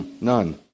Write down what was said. none